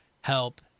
help